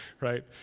right